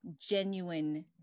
genuine